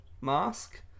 mask